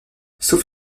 sauf